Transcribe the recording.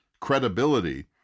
credibility